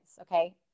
okay